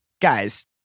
guys